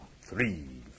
three